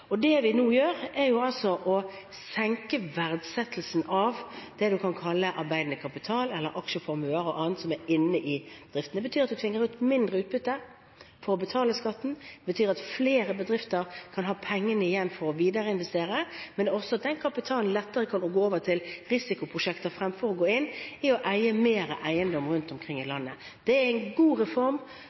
Det vi nå gjør, er å senke verdsettelsen av det en kan kalle arbeidende kapital eller aksjeformuer og annet som er inne i driften. Det betyr at en tvinger ut mindre utbytte for å betale skatten, det betyr at flere bedrifter kan ha pengene igjen for å videreinvestere, men også at den kapitalen lettere kan gå over til risikoprosjekter fremfor å gå inn i å eie flere eiendommer rundt omkring i landet. Det er en god reform